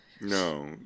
No